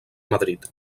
madrid